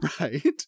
right